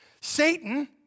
Satan